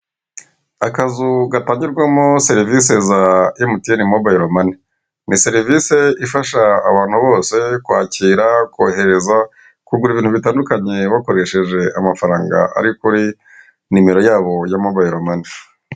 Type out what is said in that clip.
Akazu gatangirwamo serivisi za MTN mobile money. Ni serivisi ifasha abantu bose kwakira kohereza kugura ibintu bitandukanye bakoresheje amafaranga, ariko kuri nimero yabo ya mobile money .